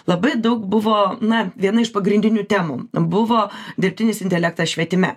labai daug buvo na viena iš pagrindinių temų buvo dirbtinis intelektas švietime